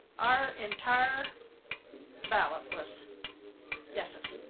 our entire ballot was yeses.